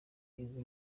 izindi